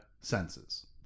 senses